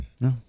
No